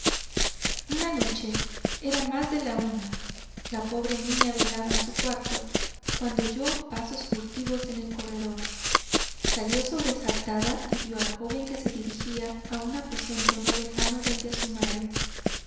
una noche era más de la una la pobre niña velaba en su cuarto cuando oyó pasos furtivos en el corredor salió sobresaltada y vio al joven que se dirigía a un aposento no lejano del de su madre